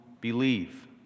believe